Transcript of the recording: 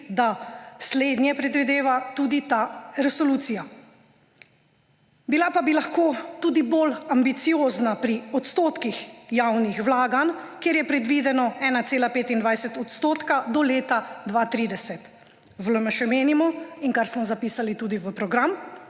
da slednje predvideva tudi ta resolucija. Bila pa bi lahko tudi bolj ambiciozna pri odstotkih javnih vlaganj, kjer je predvideno 1,25 % do leta 2030. V LMŠ menimo, da bi se moralo do leta